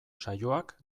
saioak